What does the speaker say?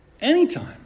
anytime